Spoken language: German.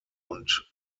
und